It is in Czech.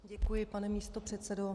Děkuji, pane místopředsedo.